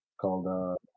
called